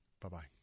Bye-bye